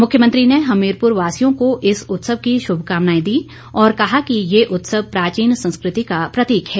मुख्यमंत्री ने हमीरपुर वासियों को इस उत्सव की शुभकामनाएं दी और कहा कि ये उत्सव प्राचीन संस्कृति का प्रतीक है